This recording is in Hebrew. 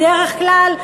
בדרך כלל,